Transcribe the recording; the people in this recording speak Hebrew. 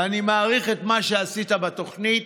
ואני מעריך את מה שעשית בתוכנית,